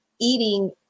eating